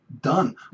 done